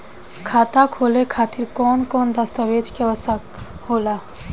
खाता खोले खातिर कौन कौन दस्तावेज के आवश्यक होला?